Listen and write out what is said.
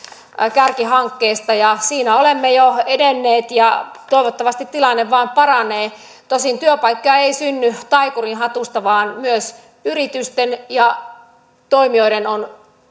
kärkihankkeista ja siinä olemme jo edenneet ja toivottavasti tilanne vain paranee tosin työpaikkoja ei synny taikurinhatusta vaan myös yritysten ja toimijoiden on